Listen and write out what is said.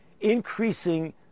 increasing